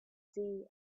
see